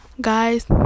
guys